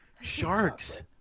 sharks